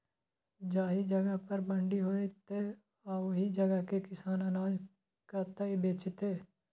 जाहि जगह पर मंडी हैते आ ओहि जगह के किसान अनाज कतय बेचते?